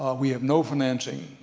we have no financing,